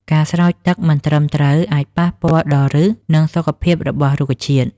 ការស្រោចទឹកមិនត្រឹមត្រូវអាចប៉ះពាល់ដល់ឫស និងសុខភាពរបស់រុក្ខជាតិ។